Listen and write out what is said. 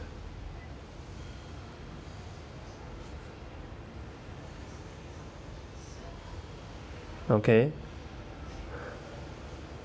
okay